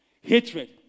hatred